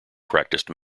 practiced